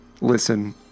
listen